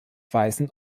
weißen